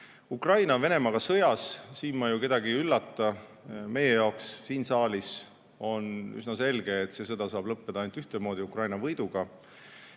Ukraina on Venemaaga sõjas, sellega ma kedagi ei üllata. Meie jaoks siin saalis on üsna selge, et see sõda saab lõppeda ainult ühtmoodi, Ukraina võiduga.